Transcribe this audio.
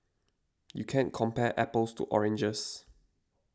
you can't compare apples to oranges